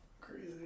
crazy